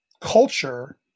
culture